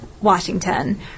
Washington